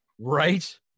right